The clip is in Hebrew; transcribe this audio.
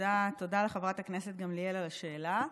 תודה לחברת הכנסת גמליאל על השאלה.